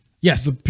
Yes